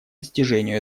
достижению